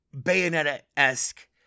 Bayonetta-esque